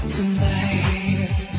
Tonight